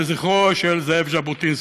לזכרו של זאב ז'בוטינסקי.